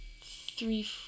three